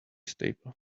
stable